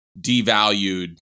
devalued